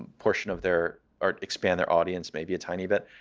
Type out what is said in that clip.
portion of their or expand their audience maybe a tiny bit.